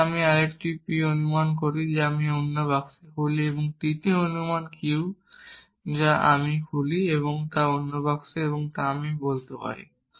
তারপর আমি আরেকটি অনুমান p তৈরি করি আমি অন্য একটি বাক্স খুলি এবং তৃতীয় অনুমান q যা আমি খুলি অন্য একটি বাক্স এবং এখন আমি বলতে পারি